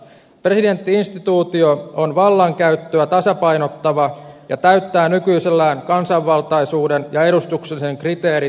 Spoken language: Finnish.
presidentti instituutio on vallankäyttöä tasapainottava ja täyttää nykyisellään kansanvaltaisuuden ja edustuksellisuuden kriteerit hyvin